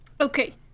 okay